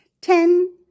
Ten